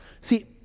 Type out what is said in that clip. See